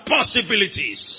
Possibilities